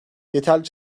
yeterli